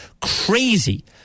Crazy